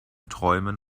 träumen